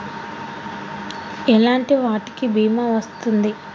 ఎలాంటి వాటికి బీమా వస్తుంది?